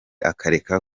akareka